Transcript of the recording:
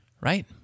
right